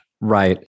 right